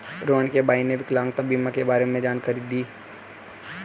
रोहण के भाई ने विकलांगता बीमा के बारे में जानकारी लोगों को दी